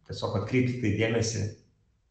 tiesiog atkreipt į tai dėmesį